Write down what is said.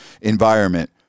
environment